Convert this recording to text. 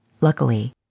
Luckily